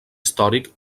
històric